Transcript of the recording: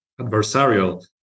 adversarial